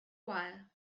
while